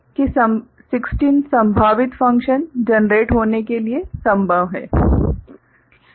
तो यह है कि 16 संभावित फंक्शन जनरेट होने के लिए संभव हैं